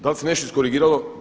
Da li se nešto iskorigiralo?